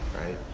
right